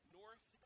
north